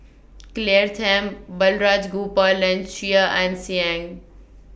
Claire Tham Balraj Gopal and Chia Ann Siang